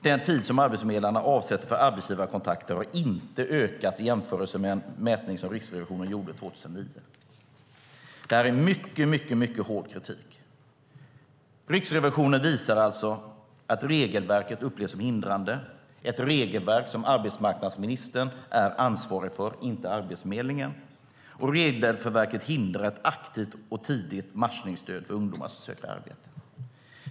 Den tid som arbetsförmedlarna avsätter för arbetsgivarkontakter har inte ökat i förhållande till en mätning som Riksrevisionen gjorde 2009. Detta är mycket hård kritik. Riksrevisionen visar alltså att regelverket upplevs som hindrande. Det är ett regelverk som arbetsmarknadsministern är ansvarig för, inte Arbetsförmedlingen. Regelverket hindrar ett aktivt och tidigt matchningsstöd till ungdomar som söker arbete.